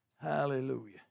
Hallelujah